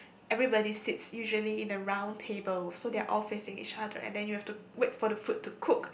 everybody sits usually in a round table so they are all facing each other and then you have to wait for the food to cook